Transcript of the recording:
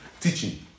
teaching